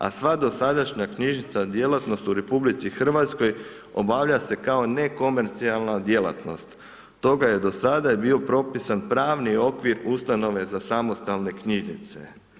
A sva dosadašnja knjižnična djelatnost u RH obavlja se kao nekomercijalna djelatnosti, toga je do sada bio propisan pravni okvir ustanove za samostalne knjižnice.